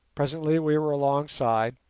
presently we were alongside,